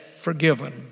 forgiven